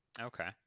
okay